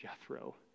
Jethro